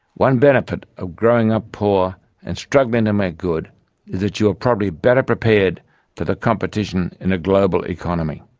one benefit of growing up poor and struggling to make good is that you are probably better prepared for the competition in a global economy,